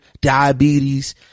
diabetes